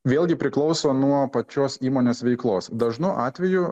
vėlgi priklauso nuo pačios įmonės veiklos dažnu atveju